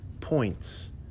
points